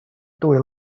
dwy